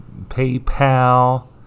PayPal